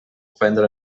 ofendre